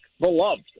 beloved